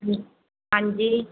ਹਾਂਜੀ